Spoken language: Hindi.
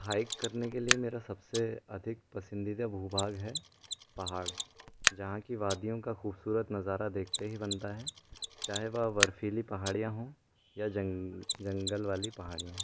हाइक करने के लिए मेरा सबसे अधिक पसंदीदा भू भाग है पहाड़ जहाँ की वादियों का खूबसूरत नज़ारा देखते ही बनता है चाहे वह बर्फ़ीली पहाड़ियाँ हों या जंगल वाली पहाड़ियाँ